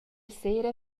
sera